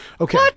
Okay